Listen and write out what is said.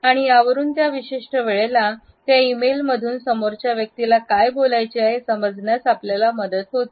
आणि यावरून त्या विशिष्ट वेळेला त्या ईमेलमधून समोरच्या व्यक्तीला काय बोलायचे आहे हे हे समजण्यास आपल्याला मदत होते